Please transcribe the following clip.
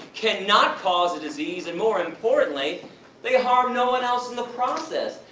cannot cause a disease and more importantly they harm no one else in the process!